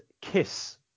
Kiss